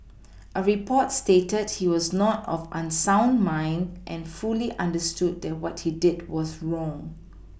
a report stated he was not of unsound mind and fully understood that what he did was wrong